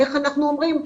איך אנחנו אומרים?